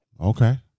Okay